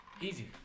Easy